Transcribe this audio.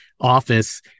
office